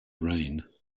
rain